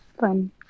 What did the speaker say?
fun